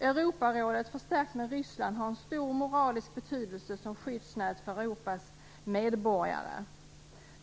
Europarådet förstärkt med Ryssland har en stor moralisk betydelse som skyddsnät för Europas medborgare.